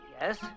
yes